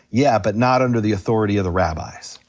yeah, but not under the authority of the rabbis.